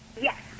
Yes